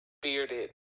bearded